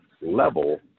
level